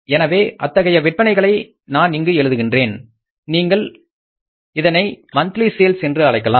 எனவே அத்தகைய விற்பனைகளை நான் இங்கு எழுதுகின்றேன் நீங்கள் இதனை மந்த்லி சேல்ஸ் என்று அழைக்கலாம்